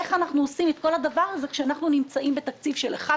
איך אנחנו עושים את כל הדבר הזה כשאנחנו נמצאים בתקציב של 1